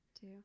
two